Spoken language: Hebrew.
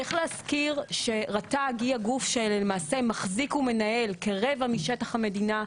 צריך להזכיר שרט"ג היא הגוף שלמעשה מחזיק ומנהל כרבע משטח המדינה,